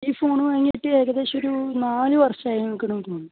ഈ ഫോൺ വാങ്ങിയിട്ട് ഏകദേശം ഒരു നാല് വർഷം ആയെന്ന് എനിക്ക് തോന്നുന്നു